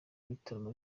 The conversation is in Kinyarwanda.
ibitaramo